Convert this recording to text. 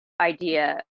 idea